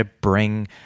bring